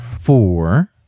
four